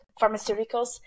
Pharmaceuticals